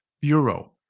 Bureau